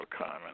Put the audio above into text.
common